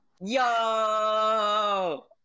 Yo